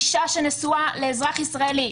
אישה שנשואה לאזרח ישראלי,